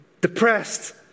depressed